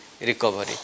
recovery